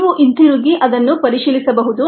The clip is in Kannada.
ನೀವು ಹಿಂತಿರುಗಿ ಅದನ್ನು ಪರಿಶೀಲಿಸಬಹುದು